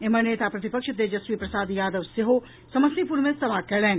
एम्हर नेता प्रतिपक्ष तेजस्वी प्रसाद यादव सेहो समस्तीपुर मे सभा कयलनि